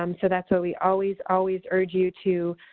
um so that's why we always, always urge you to